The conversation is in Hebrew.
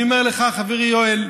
אני אומר לך, חברי יואל,